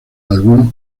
algunos